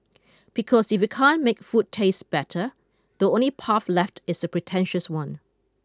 because if you can't make food taste better the only path left is the pretentious one